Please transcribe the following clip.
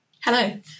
Hello